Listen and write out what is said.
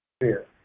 fear